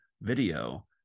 video